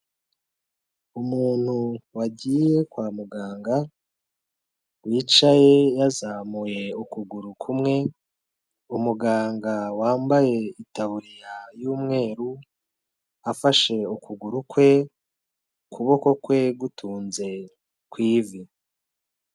Umuntu wagiye kwa muganga wicaye yazamuye ukuguru kumwe, umuganga wambaye itaburiya y'umweru afashe ukuguru kwe, ukuboko kwe gutunze ku ivi.